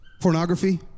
pornography